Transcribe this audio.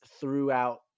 throughout